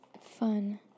fun